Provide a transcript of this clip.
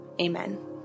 amen